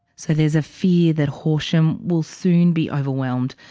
so there's a fear that horsham will soon be overwhelmed.